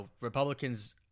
Republicans